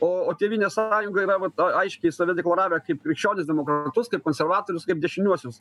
o o tėvynės sąjunga yra vat aiškiai save deklaravę kaip krikščionis demokratus kaip konservatorius kaip dešiniuosius